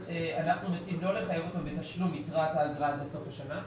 אנחנו נוטים לא לחייב אותו בתשלום היתרה עד לסוף השנה.